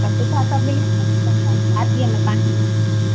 त सुठा सभु मिली वेंदा नी हितां शादीअ में पाइण लाइ